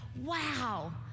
wow